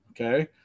Okay